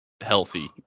healthy